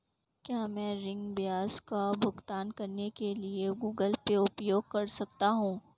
क्या मैं ऋण ब्याज का भुगतान करने के लिए गूगल पे उपयोग कर सकता हूं?